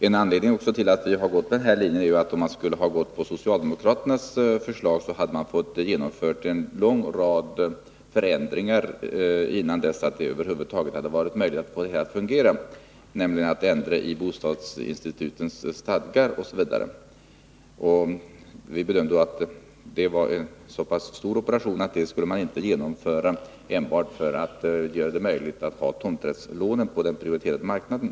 En anledning till att vi har följt den angivna linjen är att man, om man skulle ha bifallit socialdemokraternas förslag, skulle ha fått genomföra en lång rad förändringar, innan det över huvud taget hade varit möjligt att få det hela att fungera. Jag tänker på sådant som t.ex. förändringar i bostadsinstitutens stadgar. Vi bedömde att det var en så pass stor operation att den inte skall genomföras enbart för att göra det möjligt att ta upp tomträttslånen på den prioriterade marknaden.